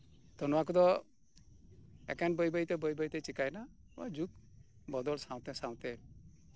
ᱛᱚ ᱱᱚᱶᱟ ᱠᱚᱫᱚ ᱮᱠᱮᱱ ᱵᱟᱹᱭ ᱵᱟᱹᱭᱛᱮ ᱵᱟᱹᱭ ᱵᱟᱹᱭᱛᱮ ᱪᱤᱠᱟᱭᱮᱱᱟ ᱡᱩᱜᱽ ᱵᱚᱫᱚᱞ ᱥᱟᱶᱛᱮ ᱥᱟᱶᱛᱮ